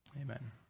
Amen